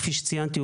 כפי שציינתי כרגע